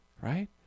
right